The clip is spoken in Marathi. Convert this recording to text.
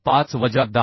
5 वजा 10